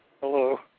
Hello